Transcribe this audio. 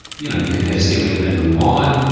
you know you can hit a ceiling and then move on.